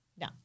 No